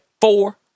four